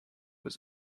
was